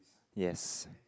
yes